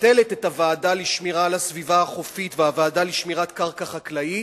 מבטלת את הוועדה לשמירה על הסביבה החופית והוועדה לשמירת קרקע חקלאית,